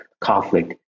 conflict